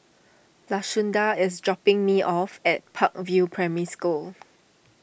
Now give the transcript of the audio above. Lashunda is dropping me off at Park View Primary School